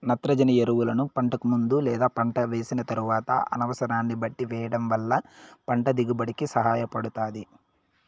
నత్రజని ఎరువులను పంటకు ముందు లేదా పంట వేసిన తరువాత అనసరాన్ని బట్టి వెయ్యటం వల్ల పంట దిగుబడి కి సహాయపడుతాది